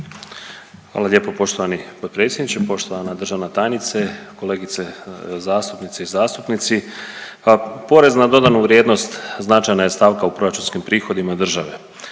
Hvala lijepo poštovani potpredsjedniče. Poštovana državna tajnice, kolegice zastupnice i zastupnici. Pa PDV značajna je stavka u proračunskim prihodima države.